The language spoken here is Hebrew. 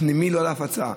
פנימי, לא להפצה.